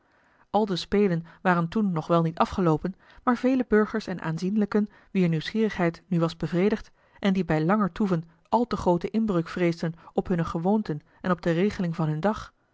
de spelen waren toen nog wel niet afgeloopen maar vele burgers en aanzienlijken wier nieuwsgierigheid nu was bevredigd en die bij langer toeven al te groote inbreuk vreesden op hunne gewoonten en op de regeling van hun dag